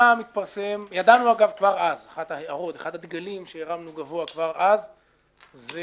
ידענו כבר אז, אחד הדגלים שהרמנו גבוה כבר אז היה